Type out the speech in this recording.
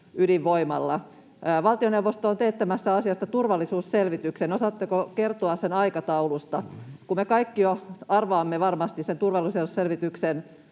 ydinvoimalla. Valtioneuvosto on teettämässä asiasta turvallisuusselvityksen. Osaatteko kertoa sen aikataulusta? Kun me kaikki jo arvaamme varmasti sen turvallisuusselvityksen